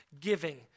giving